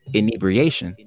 Inebriation